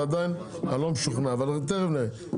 ועדיין אני לא משוכנע אבל תכף נראה.